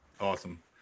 awesome